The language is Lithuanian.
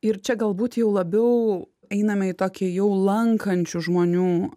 ir čia galbūt jau labiau einame į tokį jau lankančių žmonių